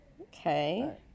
Okay